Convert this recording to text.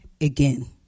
again